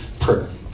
prayer